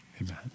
amen